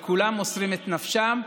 וכולם מוסרים את נפשם.